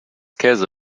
käse